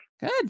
Good